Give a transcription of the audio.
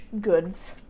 goods